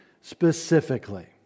specifically